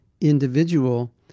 individual